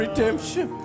Redemption